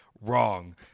Wrong